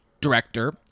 Director